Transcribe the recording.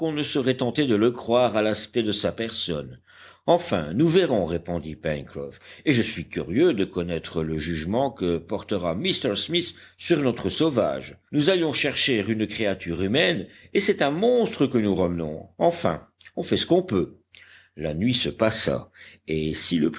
ne serait tenté de le croire à l'aspect de sa personne enfin nous verrons répondit pencroff et je suis curieux de connaître le jugement que portera m smith sur notre sauvage nous allions chercher une créature humaine et c'est un monstre que nous ramenons enfin on fait ce qu'on peut la nuit se passa et si le